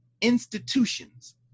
institutions